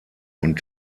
und